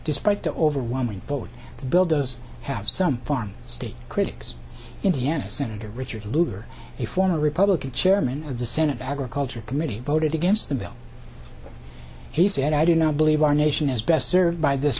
despite the overwhelming vote the bill does have some farm state critics indiana senator richard lugar a former republican chairman of the senate agriculture committee voted against the bill he said i do not believe our nation is best served by this